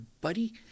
buddy